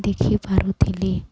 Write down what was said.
ଦେଖିପାରୁଥିଲି